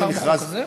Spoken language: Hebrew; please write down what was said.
זה כבר בחוק הזה?